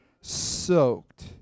soaked